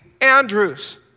Andrews